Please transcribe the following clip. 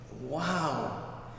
wow